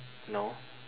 no